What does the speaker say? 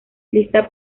lista